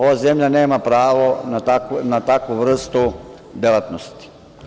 Ova zemlja nema pravo na takvu vrstu delatnosti.